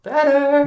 Better